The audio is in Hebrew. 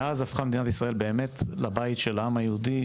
מאז הפכה מדינת ישראל באמת לבית של העם היהודי,